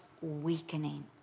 weakening